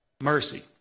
mercy